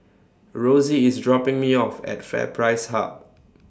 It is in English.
Rosey IS dropping Me off At FairPrice Hub